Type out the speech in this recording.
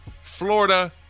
Florida